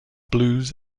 blues